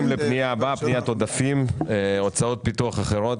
פניית עודפים, הוצאות פיתוח אחרות,